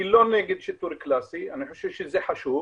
אני לא נגד שיטור קלאסי, אני חושב שזה חשוב,